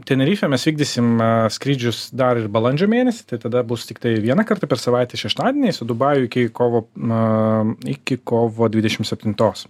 tenerifę mes vykdysim skrydžius dar ir balandžio mėnesį tai tada bus tiktai vieną kartą per savaitę šeštadieniais o dubajų iki kovo na iki kovo dvidešim septintos